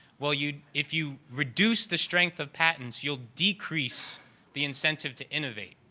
well you if you reduce the strength of patents, you'll decrease the incentive to innovate,